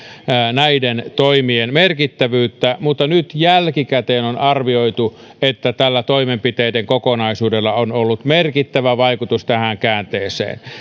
näiden toimien merkittävyyttä mutta nyt jälkikäteen on arvioitu että tällä toimenpiteiden kokonaisuudella on ollut merkittävä vaikutus tähän käänteeseen